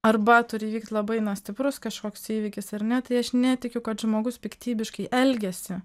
arba turi įvykt labai stiprus kažkoks įvykis ar ne tai aš netikiu kad žmogus piktybiškai elgiasi